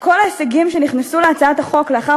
כל ההישגים שנכנסו להצעת החוק לאחר